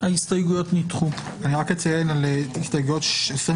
הצבעה ההסתייגויות לא התקבלו.